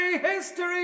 HISTORY